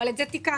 את זה תיקנו.